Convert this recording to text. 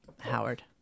Howard